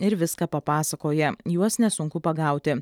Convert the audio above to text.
ir viską papasakoja juos nesunku pagauti